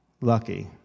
lucky